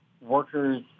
workers